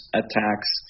attacks